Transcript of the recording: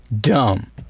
dumb